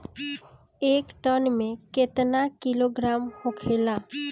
एक टन मे केतना किलोग्राम होखेला?